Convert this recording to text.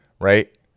right